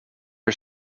are